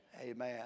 Amen